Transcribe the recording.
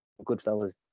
Goodfellas